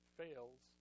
fails